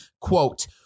Quote